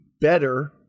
better